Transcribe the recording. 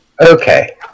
Okay